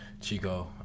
Chico